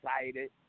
excited